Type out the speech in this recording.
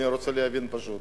אני רוצה להבין פשוט.